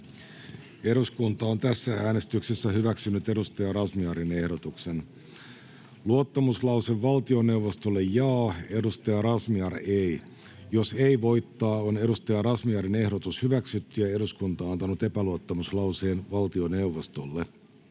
”jaa”? Merkitään tulokseen. Luottamuslause valtioneuvostolle ”jaa”, Nasima Razmyarin ehdotus ”ei”. Jos ”ei” voittaa, on Nasima Razmyarin ehdotus hyväksytty ja eduskunta antanut epäluottamuslauseen valtioneuvostolle.